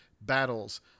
battles